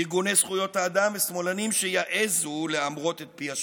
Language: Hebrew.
ארגוני זכויות אדם ושמאלנים שיעזו להמרות את פי השלטון,